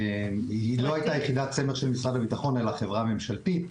היא לא הייתה יחידת סמך של משרד הביטחון אלא חברה ממשלתית.